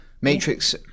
Matrix